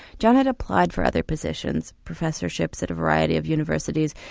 john had applied for other positions, professorships at a variety of universities,